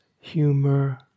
humor